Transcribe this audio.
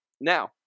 Now